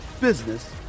business